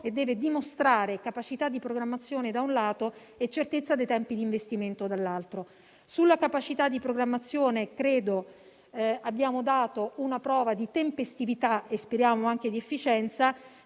e deve dimostrare capacità di programmazione da un lato e certezza dei tempi di investimento dall'altro. Sulla capacità di programmazione, credo che abbiamo dato una prova di tempestività e speriamo anche di efficienza,